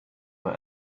for